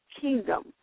kingdom